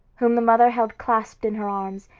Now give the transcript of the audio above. whom the mother held clasped in her arms,